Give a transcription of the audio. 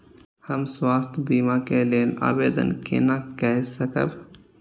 हम स्वास्थ्य बीमा के लेल आवेदन केना कै सकब?